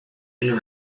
and